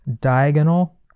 diagonal